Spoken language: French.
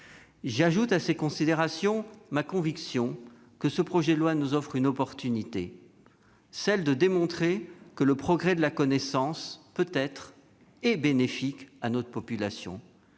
J'ajoute à ces considérations ma conviction que ce projet de loi nous offre une opportunité, celle de démontrer que le progrès de la connaissance peut être, est bénéfique à notre population.